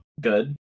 good